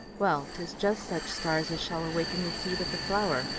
well tis just such stars as shall awaken the seed of the flower.